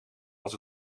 als